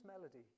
melody